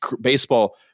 baseball